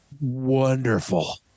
wonderful